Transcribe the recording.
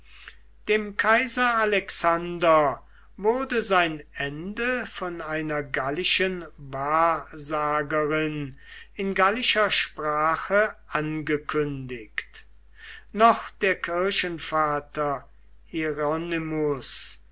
dem kaiser alexander wurde sein ende von einer gallischen wahrsagerin in gallischer sprache angekündigt noch der kirchenvater